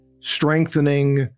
strengthening